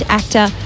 actor